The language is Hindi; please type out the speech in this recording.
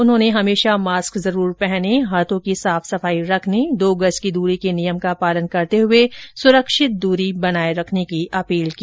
उन्होंने हमेशा मास्क जरूर पहनें हाथों की साफ सफाई रखने दो गज की दूरी के नियम का पालन करते हुए सुरक्षित दूरी बनाए रखने की अपील की